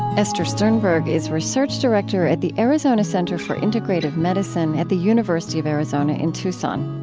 esther sternberg is research director at the arizona center for integrative medicine at the university of arizona in tucson.